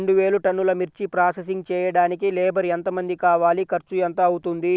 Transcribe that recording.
రెండు వేలు టన్నుల మిర్చి ప్రోసెసింగ్ చేయడానికి లేబర్ ఎంతమంది కావాలి, ఖర్చు ఎంత అవుతుంది?